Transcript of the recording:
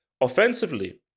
offensively